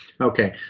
okay